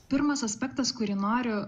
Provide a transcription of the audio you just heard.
pirmas aspektas kurį noriu